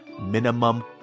minimum